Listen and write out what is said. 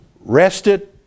rested